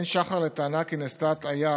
אין שחר לטענה כי נעשתה הטעיה